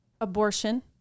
abortion